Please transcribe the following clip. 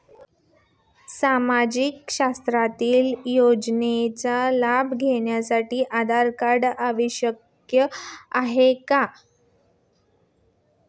सामाजिक क्षेत्रातील योजनांचा लाभ घेण्यासाठी आधार कार्ड आवश्यक आहे का?